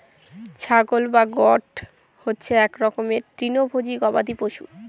ছাগল বা গোট হচ্ছে এক রকমের তৃণভোজী গবাদি পশু